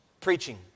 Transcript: preaching